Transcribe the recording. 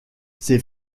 ses